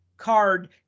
card